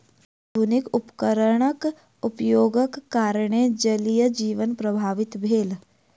आधुनिक उपकरणक उपयोगक कारणेँ जलीय जीवन प्रभावित भेल